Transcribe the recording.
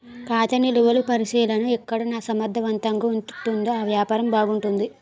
ఖాతా నిలువలు పరిశీలన ఎక్కడ సమర్థవంతంగా ఉంటుందో ఆ వ్యాపారం బాగుంటుంది